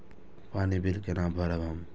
पानी बील केना भरब हम?